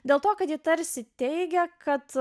dėl to kad ji tarsi teigia kad